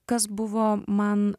kas buvo man